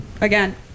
again